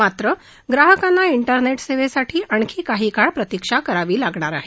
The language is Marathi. मात्र ग्राहकाना डेरनेट सेवेसाठी आणखी काही काळ प्रतिक्षा करावी लागणार आहे